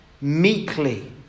meekly